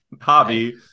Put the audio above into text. hobby